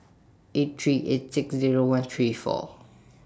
eight three eight six Zero one three four